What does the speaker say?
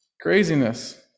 Craziness